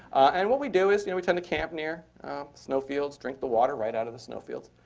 and what we do is you know we tend to camp near snow fields, drink the water right out of the snow fields,